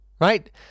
right